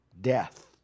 death